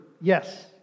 Yes